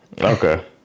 Okay